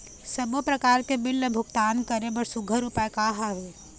सबों प्रकार के बिल ला भुगतान करे बर सुघ्घर उपाय का हा वे?